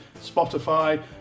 Spotify